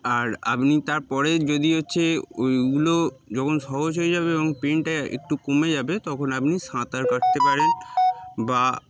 আর আপনি তারপরে যদি হচ্ছে ওইগুলো যখন সহজ হয়ে যাবে এবং পেন্টটা একটু কমে যাবে তখন আপনি সাঁতার কাটতে পারেন বা